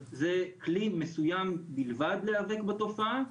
זה כלי מסוים בלבד להיאבק בתופעה,